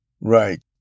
Right